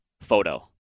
photo